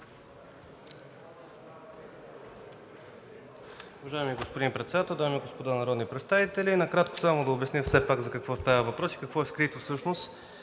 Уважаеми господин Председател, дами и господа народни представители! Накратко само да обясня все пак за какво става въпрос и какво е скрито всъщност